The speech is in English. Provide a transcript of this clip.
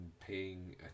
paying